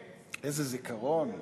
לזה מטרה שנועדה,